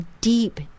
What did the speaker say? deep